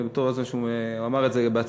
הוא אמר את זה בעצמו,